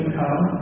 come